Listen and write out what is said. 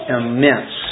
immense